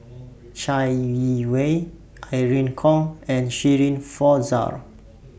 Chai Yee Wei Irene Khong and Shirin Fozdar